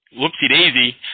whoopsie-daisy